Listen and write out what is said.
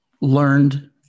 learned